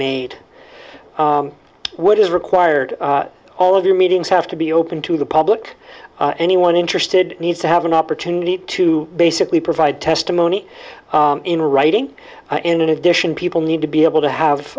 made what is required all of your meetings have to be open to the public anyone interested needs to have an opportunity to basically provide testimony in writing in addition people need to be able to have